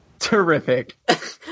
Terrific